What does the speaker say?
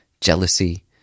jealousy